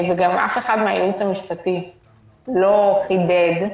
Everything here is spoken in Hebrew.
וגם אף אחד מהייעוץ המשפטי לא חידד,